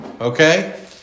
Okay